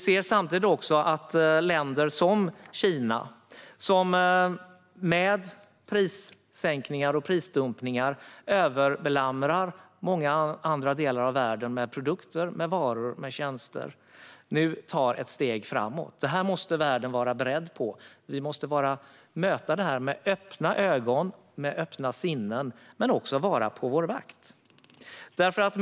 Samtidigt ser vi att länder som Kina, som med prissänkningar och prisdumpningar belamrar många andra delar av världen med produkter, varor och tjänster, nu tar ett steg framåt. Detta måste världen vara beredd på. Vi måste möta detta med öppna ögon och sinnen men också vara på vår vakt.